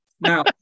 Now